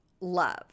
love